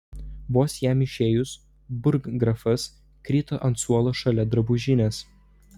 vos jam išėjus burggrafas krito ant suolo šalia drabužinės